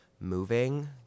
moving